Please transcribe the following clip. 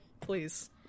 please